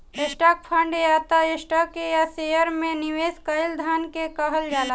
stock fund या त stock या शहर में निवेश कईल धन के कहल जाला